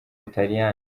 butaliyani